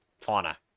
fauna